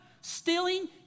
Stealing